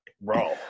Bro